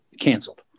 canceled